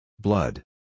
Blood